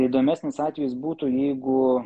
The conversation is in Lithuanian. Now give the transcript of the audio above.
įdomesnis atvejis būtų jeigu